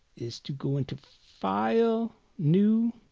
is to go into file. new.